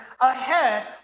ahead